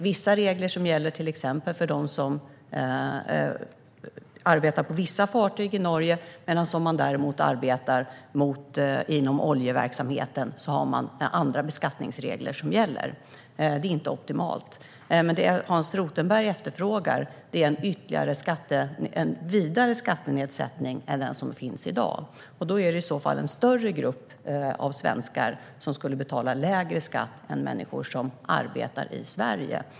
Vissa regler gäller till exempel för dem som arbetar på vissa fartyg i Norge, medan andra beskattningsregler gäller för dem som arbetar inom oljeverksamheten. Detta är som sagt inte optimalt. Men det som Hans Rothenberg efterfrågar är en vidare skattenedsättning än den som finns i dag. Detta skulle innebära att en större grupp svenskar skulle betala lägre skatt än människor som arbetar i Sverige.